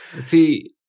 See